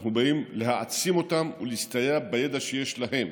אנחנו באים להעצים אותן ולהסתייע בידע שיש להן.